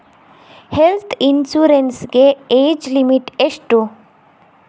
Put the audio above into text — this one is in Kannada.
ಹೆಲ್ತ್ ಇನ್ಸೂರೆನ್ಸ್ ಗೆ ಏಜ್ ಲಿಮಿಟ್ ಎಷ್ಟು?